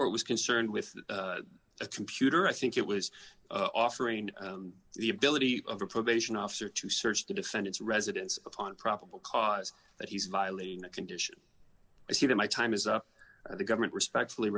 was concerned with a computer i think it was offering the ability of a probation officer to search to defend its residents upon probable cause that he's violating the condition if you know my time is up or the government respectfully